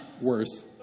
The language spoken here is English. worse